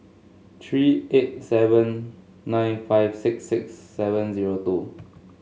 three eight seven nine five six six seven zero two